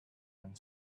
and